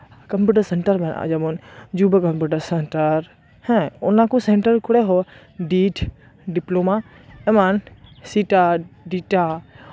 computer centre ᱢᱮᱱᱟᱜᱼᱟ ᱡᱮᱢᱚᱱ ᱡᱩᱵᱚ ᱠᱚᱢᱯᱤᱭᱩᱴᱟᱨ ᱥᱮᱱᱴᱟᱨ ᱦᱮᱸ ᱚᱱᱟ ᱠᱚ ᱥᱮᱱᱴᱟᱨ ᱠᱚᱨᱮᱦᱚᱸ ᱰᱤᱴ ᱰᱤᱯᱞᱳᱢᱟ ᱮᱢᱟᱱ ᱥᱤᱴᱟ ᱰᱤᱴᱟ